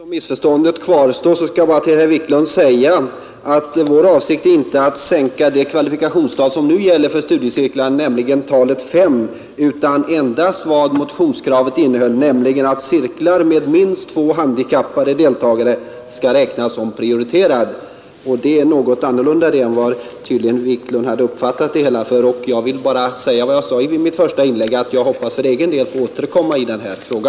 Herr talman! Eftersom missförståndet kvarstår skall jag bara säga till herr Wiklund i Härnösand att vår avsikt inte är att sänka det kvalifikationstal som nu gäller för studiecirklar, nämligen talet fem. Motionskravet innebar endast att cirklar med minst två handikappade deltagare skall räknas som prioriterade. Det är något annorlunda än herr Wiklund uppfattade det. Jag hoppas, som jag sade i mitt första inlägg, att snart få återkomma i denna fråga.